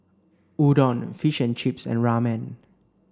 Udon Fish and Chips and Ramen